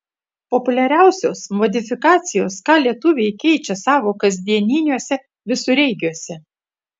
populiariausios modifikacijos ką lietuviai keičia savo kasdieniniuose visureigiuose